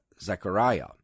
Zechariah